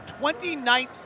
29th